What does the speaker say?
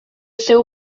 seu